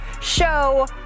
show